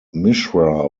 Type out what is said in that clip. mishra